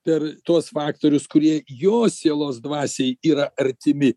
per tuos faktorius kurie jo sielos dvasiai yra artimi